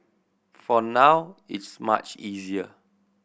for now it's much easier